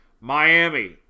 Miami